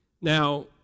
Now